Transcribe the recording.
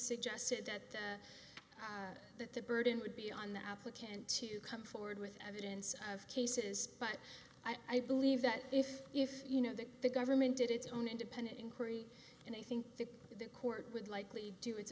suggested that that the burden would be on the applicant to come forward with evidence of cases but i believe that if if you know that the government did its own independent inquiry and i think that the court would likely do its